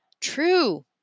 True